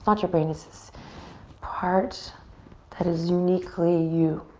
not your brain, it's this part that is uniquely you.